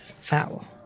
foul